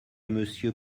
monsieur